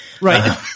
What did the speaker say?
Right